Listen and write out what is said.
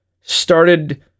started